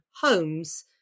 homes